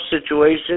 situation